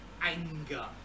anger